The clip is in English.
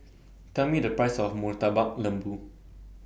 Tell Me The Price of Murtabak Lembu